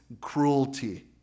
cruelty